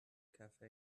cafe